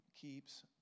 keeps